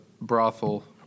brothel